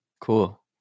Cool